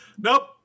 Nope